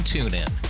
TuneIn